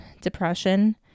depression